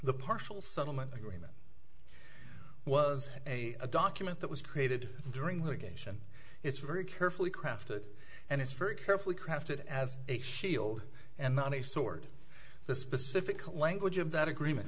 the partial settlement agreement was a document that was created during litigation it's very carefully crafted and it's very carefully crafted as a shield and not a sword the specific language of that agreement